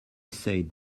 said